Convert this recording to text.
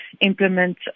implement